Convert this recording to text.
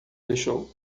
deixou